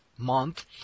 Month